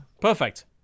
Perfect